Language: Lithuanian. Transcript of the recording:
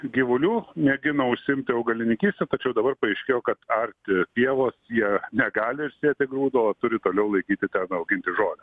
gyvulių mėgino užsiimti augalininkyste tačiau dabar paaiškėjo kad arti pievos jie negali sėti grūdo o turi toliau laikyti tą nu auginti žolę